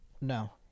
No